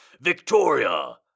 Victoria